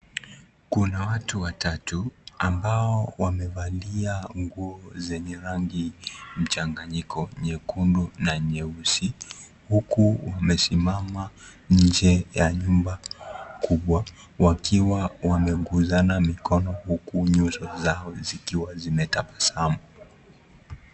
Kuna watu watatu ambao wamevalia nguo zenye rangi mchanganyiko, nyekundu na nyeusi, huku wamesimama nje ya nyumba kubwa, wakiwa wamegusana mikono huku nyuso zao zikiwa zimetabasamu.